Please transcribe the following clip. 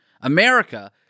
America